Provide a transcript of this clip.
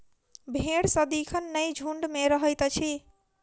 भेंड़ सदिखन नै झुंड मे रहैत अछि